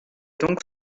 donc